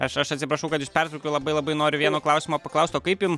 aš aš atsiprašau kad jus pertraukiu labai labai noriu vieno klausimo paklaust o kaip jum